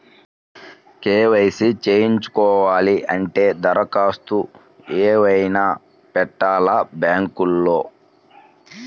KYC చేయించుకోవాలి అంటే దరఖాస్తు ఏమయినా పెట్టాలా బ్యాంకులో?